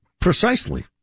Precisely